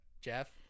Jeff